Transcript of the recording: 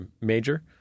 major